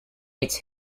its